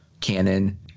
canon